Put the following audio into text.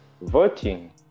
voting